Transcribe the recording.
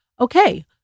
okay